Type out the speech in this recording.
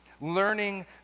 learning